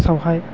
सावहाय